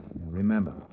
Remember